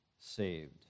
saved